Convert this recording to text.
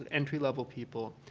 and entry level people,